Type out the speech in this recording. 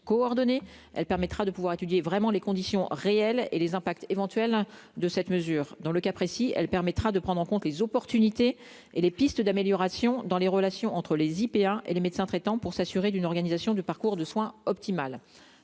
elle permettra de pouvoir étudier vraiment les conditions réelles et les impacts éventuels de cette mesure dans le cas précis, elle permettra de prendre en compte les opportunités et les pistes d'amélioration dans les relations entre les IPA et les médecins traitant pour s'assurer d'une organisation du parcours de soins optimale